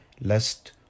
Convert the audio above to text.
lest